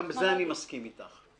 גם בזה אני מסכים איתך.